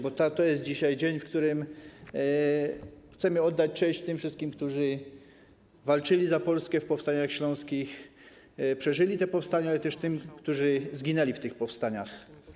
Bo dzisiaj jest dzień, w którym chcemy oddać cześć tym wszystkim, którzy walczyli za Polskę w powstaniach śląskich i przeżyli te powstania, ale też tym, którzy zginęli w tych powstaniach.